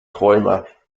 träumer